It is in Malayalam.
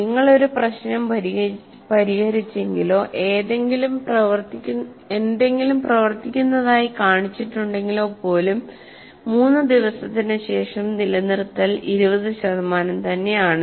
നിങ്ങൾ ഒരു പ്രശ്നം പരിഹരിച്ചെങ്കിലോ എന്തെങ്കിലും പ്രവർത്തിക്കുന്നതായി കാണിച്ചിട്ടുണ്ടെങ്കിലോ പോലും 3 ദിവസത്തിനുശേഷം നിലനിർത്തൽ 20 തന്നെ ആണ്